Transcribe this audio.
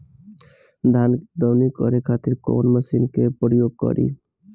धान के दवनी करे खातिर कवन मशीन के प्रयोग करी?